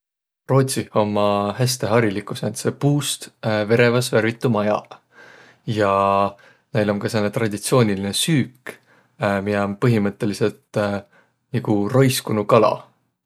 Roodsih ommaq häste hariliguq sääntse puust, vereväs värvitüq majaq. Ja näil om ka sääne traditsioonilinõ süük, miä om põhimõttõlidsõlt nigu roiskunuq kala.